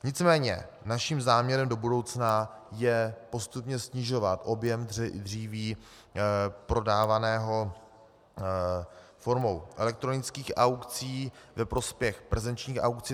Nicméně naším záměrem do budoucna je postupně snižovat objem dříví prodávaného formou elektronických aukcí ve prospěch prezenčních aukcí.